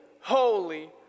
holy